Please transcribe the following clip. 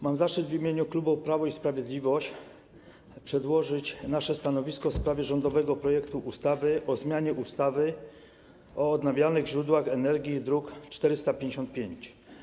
Mam zaszczyt w imieniu klubu Prawo i Sprawiedliwość przedłożyć nasze stanowisko w sprawie rządowego projektu ustawy o zmianie ustawy o odnawialnych źródłach energii, druk nr 455.